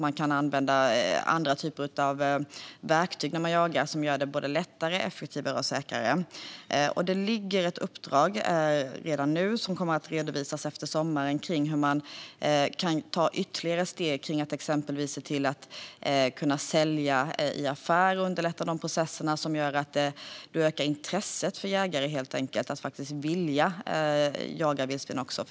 Man kan använda andra typer av verktyg när man jagar som gör det lättare, effektivare och säkrare. Det ligger redan nu ett uppdrag som kommer att redovisas efter sommaren om hur man kan ta ytterligare steg för att exempelvis se till att kunna sälja i affärer och underlätta de processer som gör att du ökar intresset för jägare att vilja jaga vildsvin.